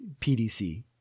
PDC